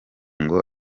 ngo